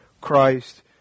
Christ